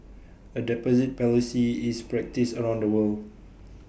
A deposit policy is practised around the world